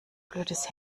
blödes